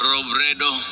Robredo